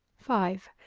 five.